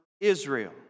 Israel